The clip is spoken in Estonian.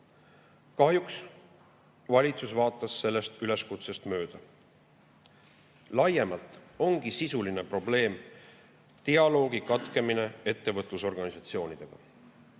Kahjuks valitsus vaatas sellest üleskutsest mööda. Laiemalt ongi sisuline probleem, et dialoog ettevõtlusorganisatsioonidega